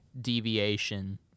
deviation